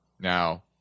Now